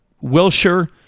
Wilshire